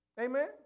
Amen